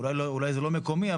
אולי זה לא מקומי,